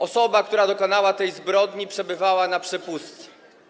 Osoba, która dokonała tej zbrodni, przebywała na przepustce.